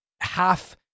half